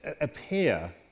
appear